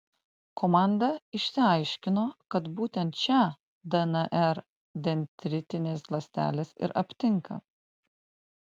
komanda išsiaiškino kad būtent šią dnr dendritinės ląstelės ir aptinka